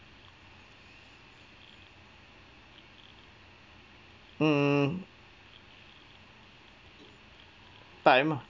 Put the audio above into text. mm time